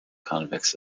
convicts